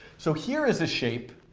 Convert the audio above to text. so here is a shape